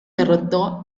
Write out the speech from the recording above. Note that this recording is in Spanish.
derrotó